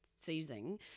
seizing